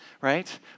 right